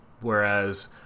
whereas